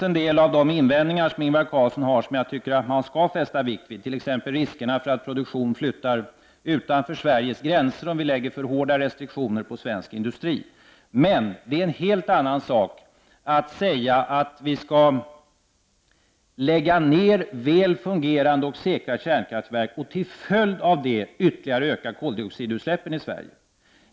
En del av de invändningar som Ingvar Carlsson har tycker jag att man skall fästa vikt vid, t.ex. när det gäller riskerna för att produktion flyttar utanför Sveriges gränser om vi har för hårda restriktioner för svensk industri. Men det är en helt annan sak att säga att vi skall lägga ner väl fungerande och säkra kärnkraftverk och till följd av detta ytterligare öka koldioxidutsläppen i Sverige.